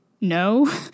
No